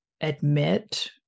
admit